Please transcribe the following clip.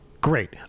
Great